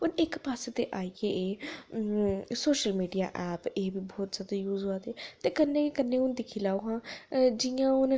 हून इक पास्सै ते आई गे एह् अं सोशल मीडिया ऐप्प एह् बी बहुत जैदा यूज होआ दे ते कन्नै कन्नै हून दिक्खी लैओ हां जि'यां ओह् न